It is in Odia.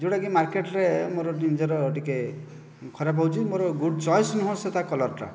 ଯେଉଁଟା କି ମାର୍କେଟରେ ମୋର ନିଜର ଟିକେ ଖରାପ ହେଉଛି ମୋର ଗୁଡ଼ ଚଏସ ନୁହଁ ସେ ତା କଲରଟା